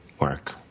work